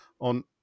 on